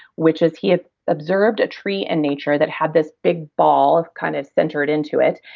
which is he had observed a tree in nature that had this big ball kind of centered into it.